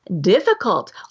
difficult